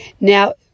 Now